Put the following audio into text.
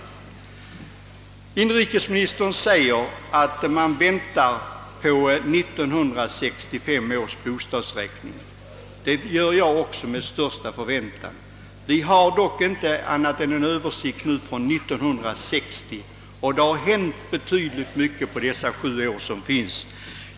Inrikesministern säger att man väntar på resultatet av 1965 års bostadsräkning. Ja, det gör jag också och det med största intresse. Vi har för närvarande inte tillgång till annat material än en översikt från 1960 och det har ändå hänt mycket under de sju år som gått.